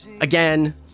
Again